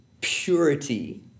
purity